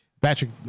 Patrick